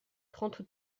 trente